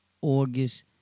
august